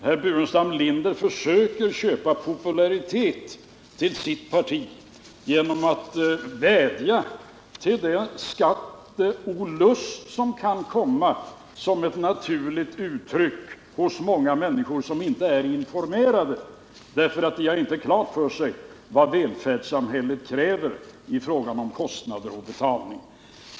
Herr Burenstam Linder försöker köpa popularitet till sitt parti genom att vädja till den skatteolust som kan uppstå hos många människor som inte är informerade, människor som inte har klart för sig vad välfärdssamhället kräver i fråga om kostnader och betalning.